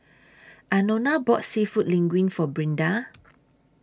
Anona bought Seafood Linguine For Brinda